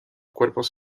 cuerpos